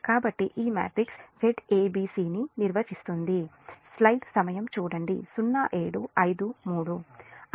కాబట్టి ఈ matrix Zabc ని నిర్వచిస్తుంది